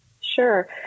Sure